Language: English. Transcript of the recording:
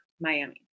Miami